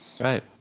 Right